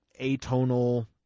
atonal –